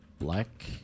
Black